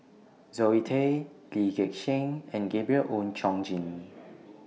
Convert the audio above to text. Zoe Tay Lee Gek Seng and Gabriel Oon Chong Jin